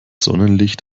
sonnenlicht